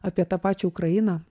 apie tą pačią ukrainą